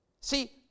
See